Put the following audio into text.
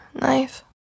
knife